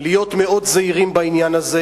להיות מאוד זהירים בעניין הזה.